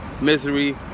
misery